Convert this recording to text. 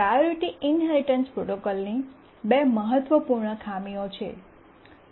priority inheritance પ્રોટોકોલની બે મહત્વપૂર્ણ ખામીઓ છે